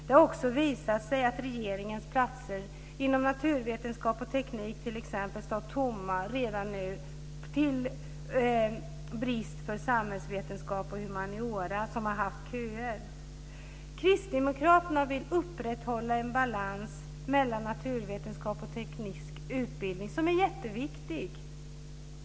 Det har också visat sig att ett stort antal platser inom t.ex. naturvetenskap och teknik stått tomma till nackdel för samhällsvetenskap och humaniora som har haft köer. Kristdemokraterna vill upprätthålla en balans mellan naturvetenskaplig och teknisk utbildning som är jätteviktig.